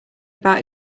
about